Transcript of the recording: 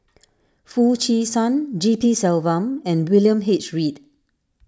Foo Chee San G P Selvam and William H Read